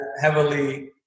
heavily